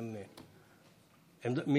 משם?